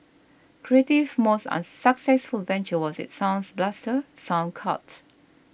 Creative's most successful venture was its Sound Blaster Sound Card